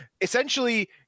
essentially